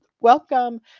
Welcome